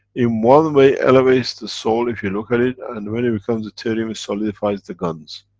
in one way elevates the soul, if you look at it, and when it becomes deuterium, it solidifies the guns.